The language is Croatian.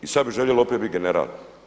I sada bi željeli opet biti general.